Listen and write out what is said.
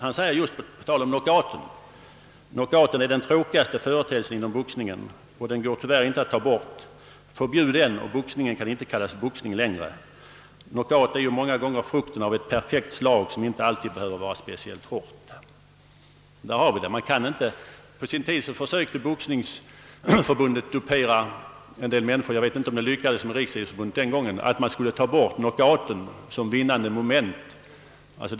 Han säger följande på tal om knockouten: »Knockouten är den tråkigaste företeelsen inom boxningen. Och den går tyvärr inte att ta bort. Förbjud den och boxningen kan inte kallas boxning längre. Knockout är ju många gånger frukten av ett perfekt slag som inte alltid behöver vara speciellt hårt.» På sin tid försökte Boxningsförbundet dupera en del människor — jag vet inte om det lyckades dupera Riksidrottsförbundet den gången — med att man skulle ta bort knockouten som vinnande moment.